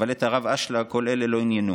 אבל את הרב אשלג כל אלו לא עניינו.